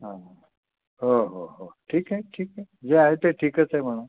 हो हो हो ठीक आहे ठीक आहे जे आहे ते ठीकच आहे म्हणू